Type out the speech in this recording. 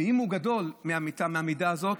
ואם הוא גדול מהמיטה הזאת,